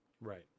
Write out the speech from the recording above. right